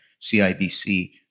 CIBC